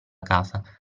casa